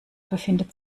befindet